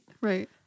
Right